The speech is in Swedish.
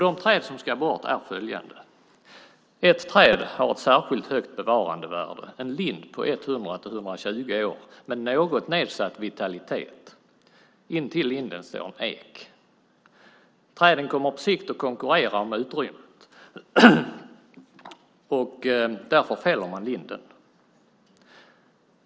De träd som ska bort är följande: Ett träd har ett särskilt högt bevarandevärde - en lind på 100-120 år med något nedsatt vitalitet. Intill linden står en ek. Träden kommer på sikt att konkurrera om utrymmet, och därför fäller man linden.